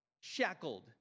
shackled